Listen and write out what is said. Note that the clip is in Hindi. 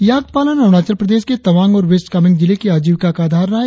याक पालन अरुणाचल प्रदेश के तवांग और वेस्ट कामेंग जिले की आजीविका का आधार रहा है